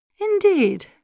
Indeed